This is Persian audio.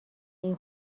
این